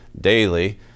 daily